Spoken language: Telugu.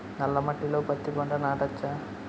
నల్ల మట్టిలో పత్తి పంట నాటచ్చా?